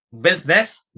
business